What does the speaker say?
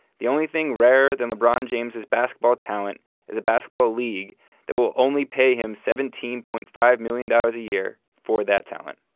the only thing rarer than lebron james' basketball talent is a basketball league that will only pay him seventeen point five million dollars a year for that talent